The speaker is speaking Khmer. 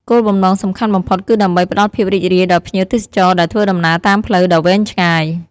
គោលបំណងសំខាន់បំផុតគឺដើម្បីផ្តល់ភាពរីករាយដល់ភ្ញៀវទេសចរដែលធ្វើដំណើរតាមផ្លូវដ៏វែងឆ្ងាយ។